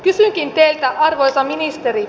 kysynkin teiltä arvoisa ministeri